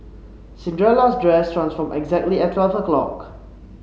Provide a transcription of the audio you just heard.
Cinderella's dress transformed exactly at twelve o'clock